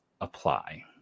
apply